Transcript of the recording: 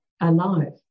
alive